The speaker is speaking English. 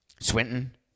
Swinton